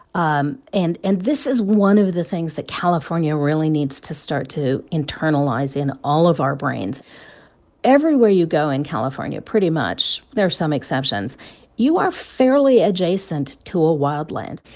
um and and this is one of the things that california really needs to start to internalize in all of our brains everywhere you go in california pretty much. there are some exceptions you are fairly adjacent to a wildland.